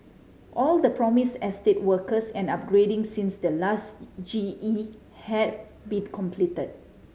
all the promised estate works and upgrading since the last G E have been completed